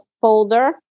folder